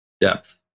Depth